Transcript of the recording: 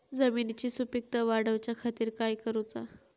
जमिनीची सुपीकता वाढवच्या खातीर काय करूचा?